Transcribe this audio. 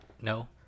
No